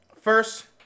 First